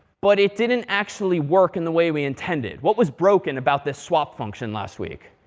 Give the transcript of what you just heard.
but it didn't actually work in the way we intended. what was broken about this swap function last week?